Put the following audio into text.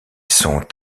sont